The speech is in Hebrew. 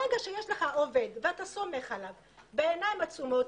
ברגע שיש לך עובד ואתה סומך עליו בעיניים עצומות,